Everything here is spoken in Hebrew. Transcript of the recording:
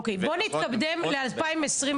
בוא נתקדם ל-2022,